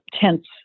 tense